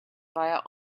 via